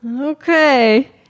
Okay